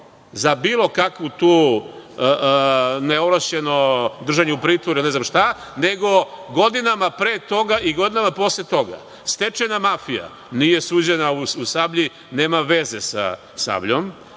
za bilo kakvo neovlašćeno držanje u pritvoru ne znam šta, nego godinama pre toga i godinama posle toga. Stečajna mafija nije suđena u „Sablji“, nema veze sa „Sabljom“.